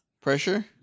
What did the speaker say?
Pressure